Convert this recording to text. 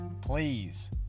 please